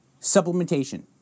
Supplementation